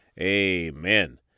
Amen